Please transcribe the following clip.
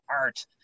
art